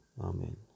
amen